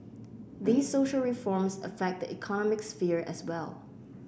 these social reforms affect the economic sphere as well